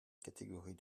catégorie